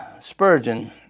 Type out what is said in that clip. Spurgeon